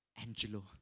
Angelo